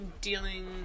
dealing